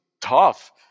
tough